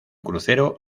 crucero